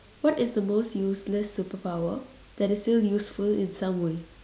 what is the most useless superpower that is still useful in some way